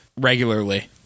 regularly